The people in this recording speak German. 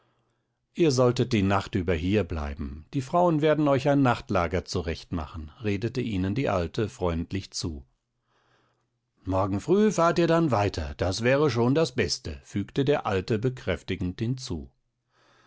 ihr solltet die nacht über hierbleiben die frauen werden euch ein nachtlager zurechtmachen redete ihnen die alte freundlich zu morgen früh fahrt ihr dann weiter das wäre schon das beste fügte der alte bekräftigend hinzu